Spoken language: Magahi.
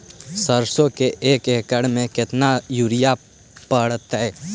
सरसों में एक एकड़ मे केतना युरिया पड़तै?